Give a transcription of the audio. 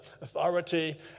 authority